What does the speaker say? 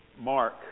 Mark